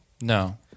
No